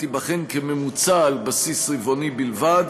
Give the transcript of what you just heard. תיבחן כממוצע על בסיס רבעוני בלבד,